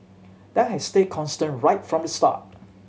that has stayed constant right from the start